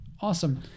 Awesome